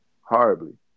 horribly